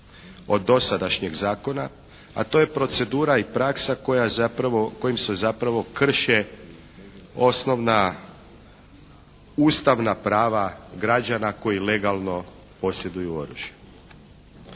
od dosadašnjeg zakona, a to je procedura i praksa kojom se zapravo krše osnovna ustavna prava građana koji legalno posjeduju oružje.